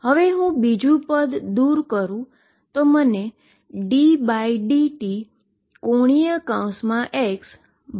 હવે હું બીજુ ટર્મ દુર કરુ તો મને ddt⟨x⟩i મળશે